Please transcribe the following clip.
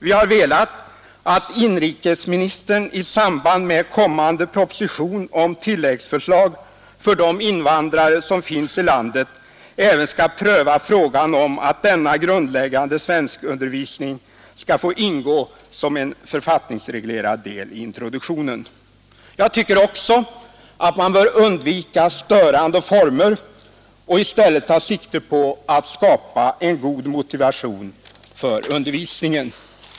Vi vill att inrikesministern i samband med kommande proposition om tilläggsförslag för de invandrare som finns i landet även skall pröva frågan om att denna grundläggande svenskundervisning skall få ingå som en författningsreglerad del i introduktionen. Jag tycker också att man bör undvika störande former och i stället ta sikte på att skapa en god motivation för undervisningen.